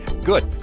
Good